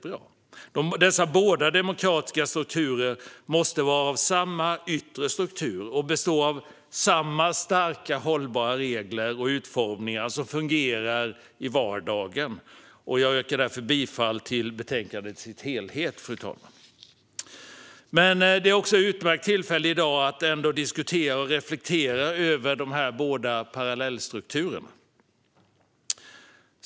Båda dessa demokratiska strukturer måste ha samma yttre struktur och ha samma starka, hållbara regler och strukturer, som fungerar i vardagen. Jag yrkar därför bifall till utskottets förslag i dess helhet. I dag är också ett utmärkt tillfälle att diskutera och reflektera över dessa båda parallellstrukturer.